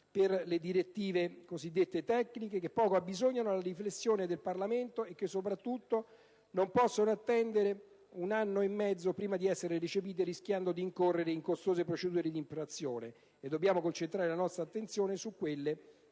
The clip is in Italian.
per le direttive cosiddette tecniche, che poco abbisognano della riflessione del Parlamento e che soprattutto non possono attendere un anno e mezzo prima di essere recepite, rischiando di incorrere in costose procedure di infrazione, e dobbiamo concentrare la nostra attenzione su quelle